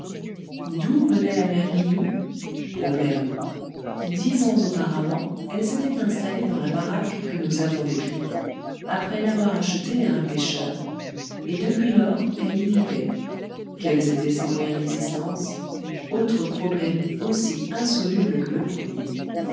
d'où venait la mère guilloux problème dix ans auparavant elle s'était installée dans la baraque que nous avons décrite après l'avoir achetée à un pêcheur et depuis lors elle y vivait quels étaient ses moyens d'existence autre problème aussi insoluble que le premier